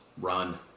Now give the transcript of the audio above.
run